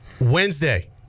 Wednesday